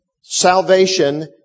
Salvation